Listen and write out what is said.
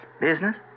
Business